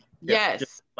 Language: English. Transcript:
yes